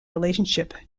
relationship